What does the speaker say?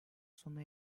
sona